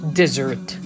dessert